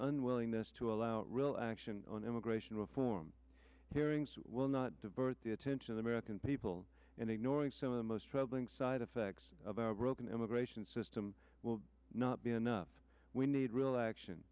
unwillingness to allow real action on immigration reform hearings will not divert the attention of the american people and ignoring some of the most troubling side effects of our broken immigration system will not be enough we need real action